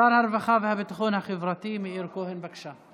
שר הרווחה והביטחון החברתי מאיר כהן, בבקשה.